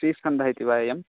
श्रीस्कन्दः इति वा अयम्